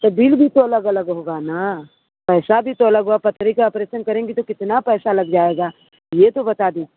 तो बिल भी तो अलग अलग होगा ना पैसा भी तो अलग होगा पथरी का ऑपरेशन करेंगी तो कितना पैसा लग जाएगा ये तो बता दी